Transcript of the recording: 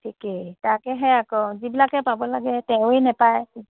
ঠিকেই তাকেহে আকৌ যিবিলাকে পাব লাগে তেওঁৱে নাপায়